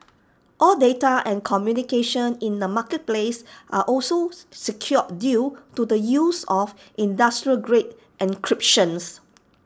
all data and communication in the marketplace are also secure due to the use of industrial grade encryptions